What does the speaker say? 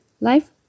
Life